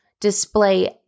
display